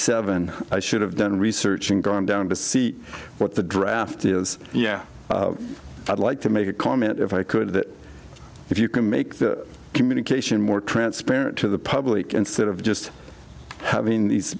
seven i should have been researching going down to see what the draft is yeah i'd like to make a comment if i could that if you can make the communication more transparent to the public instead of just having these